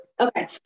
Okay